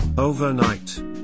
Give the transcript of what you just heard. Overnight